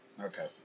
okay